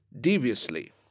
deviously